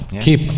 keep